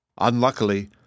Unluckily